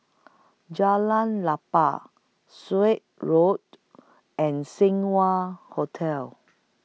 Jalan Klapa Sut Avenue and Seng Wah Hotel